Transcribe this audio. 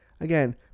again